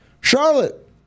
Charlotte